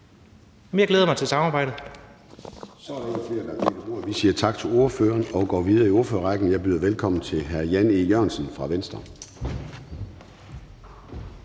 Jeg glæder mig til samarbejdet.